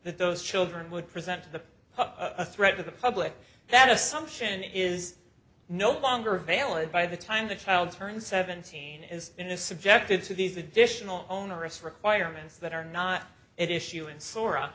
that those children would present the a threat to the public that assumption is no longer available by the time the child turns seventeen is in a subjected to these additional onerous requirements that are not at issue